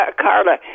Carla